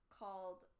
called